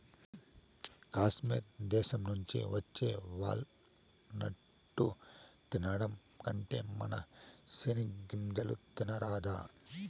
కాశ్మీర్ దేశం నుంచి వచ్చే వాల్ నట్టు తినడం కంటే మన సెనిగ్గింజలు తినరాదా